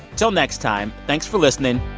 till next time, thanks for listening.